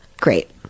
Great